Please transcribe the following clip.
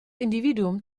individuum